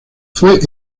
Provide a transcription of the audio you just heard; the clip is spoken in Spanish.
fue